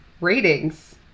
Ratings